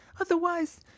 Otherwise